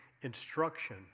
Instruction